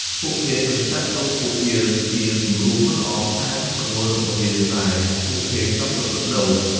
ពួកគេនឹងចាត់ទុកពួកយើងជា គំរូមិនល្អតាមទង្វើរបស់យើង ដែលពួកគេចង់ប្រព្រឹត្តដូច ។